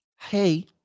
Hey